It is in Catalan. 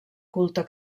culte